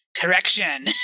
correction